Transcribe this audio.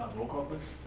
role call please?